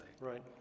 Right